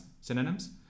synonyms